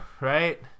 Right